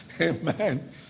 Amen